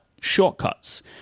shortcuts